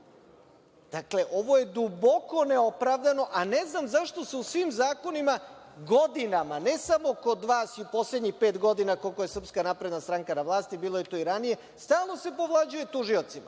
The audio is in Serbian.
Dakle, ovo je duboko neopravdano, a ne znam zašto se u svim zakonima godinama, ne samo kod vas i u poslednjih pet godina, koliko je SNS na vlasti, bilo je to i ranije, stalno se povlađuje tužiocima,